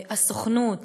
הסוכנות,